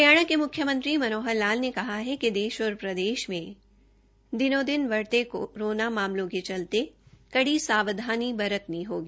हरियाणा के मुख्यमंत्री मनोहर लाल ने कहा कि देश और प्रदेश में दिनोंदिन बढ़ते कोरोना मामलों के चलते कड़ी सावधानी बरतनी होगी